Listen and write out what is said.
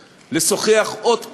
לשוחח עוד פעם,